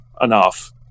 enough